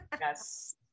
Yes